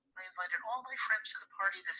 i invited all my friends to the party